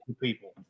people